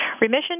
Remission